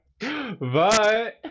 Bye